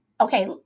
okay